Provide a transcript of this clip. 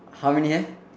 how many hair